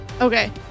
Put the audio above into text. Okay